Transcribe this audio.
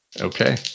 Okay